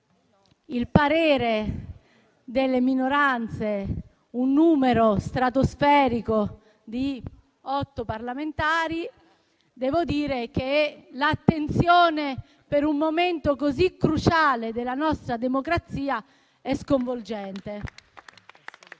il parere delle minoranze: un numero stratosferico di otto parlamentari. Devo dire che l'attenzione per un momento così cruciale della nostra democrazia è sconvolgente.